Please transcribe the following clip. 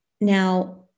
Now